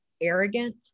arrogant